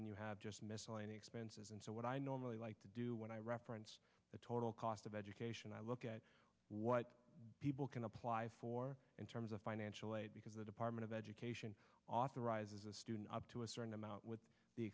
then you have just misaligned expenses and so what i normally like to do when i reference the total cost of education i look at what people can apply for in terms of financial aid because the department of education authorizes a student up to a certain amount with the